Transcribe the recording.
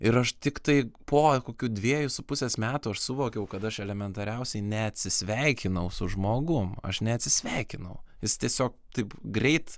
ir aš tiktai po kokių dviejų su pusės metų aš suvokiau kad aš elementariausiai neatsisveikinau su žmogum aš neatsisveikinau jis tiesiog taip greit